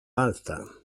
alta